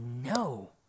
no